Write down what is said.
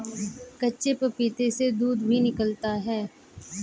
कच्चे पपीते से दूध भी निकलता है